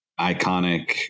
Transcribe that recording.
iconic